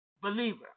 believer